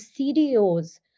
cdo's